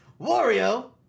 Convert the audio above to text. Wario